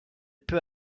peut